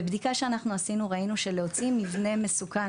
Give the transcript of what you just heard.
בבדיקה שאנחנו עשינו ראינו שלהוציא מבנה מסוכן